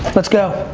let's go.